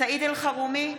סעיד אלחרומי,